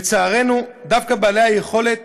לצערנו, דווקא בעלי היכולת